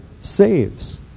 saves